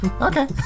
Okay